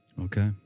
Okay